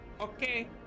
okay